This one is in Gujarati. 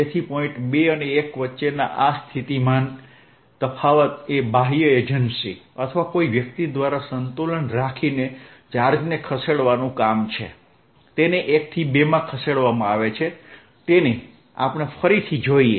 તેથી પોઇન્ટ 2 અને 1 વચ્ચેના આ સ્થિતિમાન તફાવત એ બાહ્ય એજન્સી અથવા કોઈ વ્યક્તિ દ્વારા સંતુલન રાખીને ચાર્જને ખસેડવાનું કામ છે તેને 1 થી 2 માં ખસેડવામાં આવે છે તેને આપણે ફરીથી જોઈએ